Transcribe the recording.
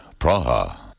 Praha